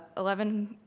eleven,